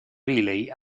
riley